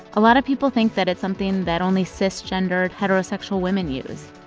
a lot of people think that it's something that only cisgender, heterosexual women use.